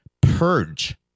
purge